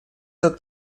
этот